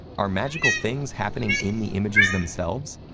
are magical things happening in the images themselves?